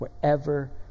wherever